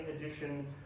edition